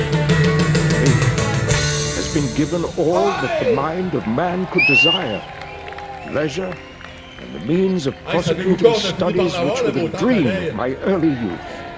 to me has been given all that the mind of man could desire leisure and the means of prosecuting studies which were the dream of my early youth,